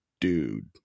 dude